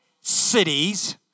cities